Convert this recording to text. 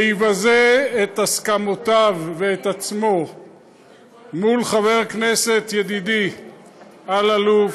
ויבזה את הסכמותיו ואת עצמו מול חבר הכנסת ידידי אלאלוף,